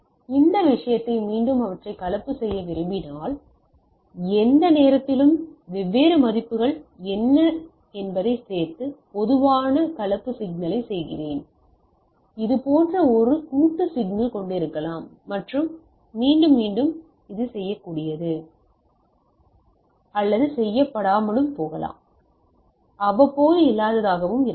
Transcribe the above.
இப்போது இந்த விஷயத்தில் மீண்டும் அவற்றை கலப்பு செய்ய விரும்பினால் எந்த நேரத்திலும் வெவ்வேறு மதிப்புகள் என்ன என்பதைச் சேர்த்து பொதுவாக கலப்பு சிக்னலயைச் செய்கிறேன் இது போன்ற ஒரு கூட்டு சிக்னல் கொண்டிருக்கலாம் மற்றும் இது மீண்டும் மீண்டும் செய்யக்கூடியது இது மீண்டும் மீண்டும் செய்யப்படாமல் போகலாம் இது அவ்வப்போது இல்லாததாக இருக்கலாம்